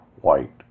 white